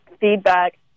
feedback